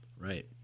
Right